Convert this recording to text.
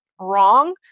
wrong